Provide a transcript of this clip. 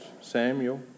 Samuel